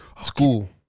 school